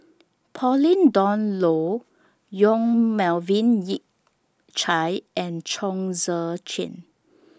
Pauline Dawn Loh Yong Melvin Yik Chye and Chong Tze Chien